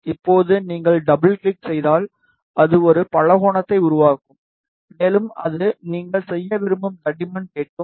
இப்போது நீங்கள் double click செய்தால் அது ஒரு பலகோணத்தை உருவாக்கும் மேலும் அது நீங்கள் செய்ய விரும்பும் தடிமன் கேட்கும்